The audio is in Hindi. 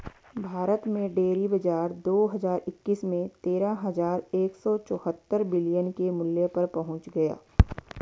भारत में डेयरी बाजार दो हज़ार इक्कीस में तेरह हज़ार एक सौ चौहत्तर बिलियन के मूल्य पर पहुंच गया